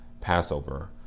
Passover